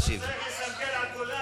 אפס מאופס, לא יכול להיות חבר כנסת.